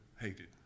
hated